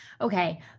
okay